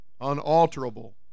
unalterable